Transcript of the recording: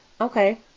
Okay